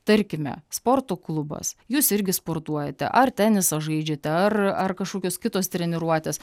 tarkime sporto klubas jūs irgi sportuojate ar tenisą žaidžiate ar ar kažkokios kitos treniruotės